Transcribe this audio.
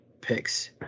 picks